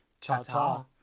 Ta-ta